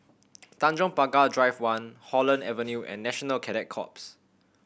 Tanjong Pagar Drive One Holland Avenue and National Cadet Corps